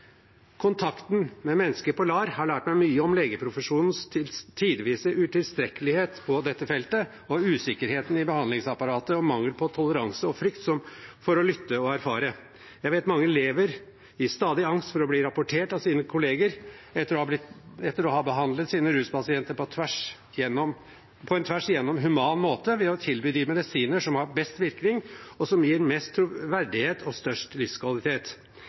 Kontakten med mennesker på LAR har lært meg mye om legeprofesjonens tidvise utilstrekkelighet på dette feltet, om usikkerheten i behandlingsapparatet og mangelen på toleranse og frykt for å lytte og erfare. Jeg vet at mange lever i stadig angst for å bli rapportert av sine kolleger etter å ha behandlet sine ruspasienter på en tvers gjennom human måte ved å tilby dem medisiner som har best virkning, og som gir mest verdighet og størst livskvalitet.